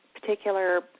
particular